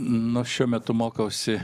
nors šiuo metu mokausi